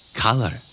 color